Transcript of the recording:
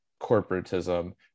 corporatism